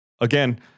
Again